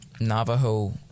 Navajo